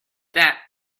that